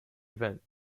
event